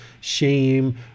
shame